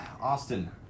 Austin